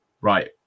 right